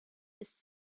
ist